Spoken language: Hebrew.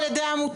על ידי העמותות,